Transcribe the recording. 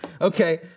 Okay